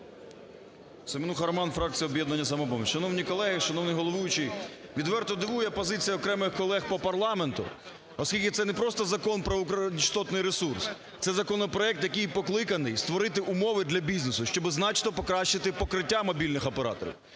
Семенуха Роман, фракція "Об'єднання "Самопоміч". Шановні колеги, шановний головуючий! Відверто дивує позиція окремих колег по парламенту. Оскільки це не просто Закон про радіочастотний ресурс, це законопроект, який покликаний створити умови для бізнесу, щоб значно покращити покриття мобільних операторів.